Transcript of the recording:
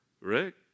Rick